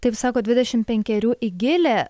taip sako dvidešim penkerių igilė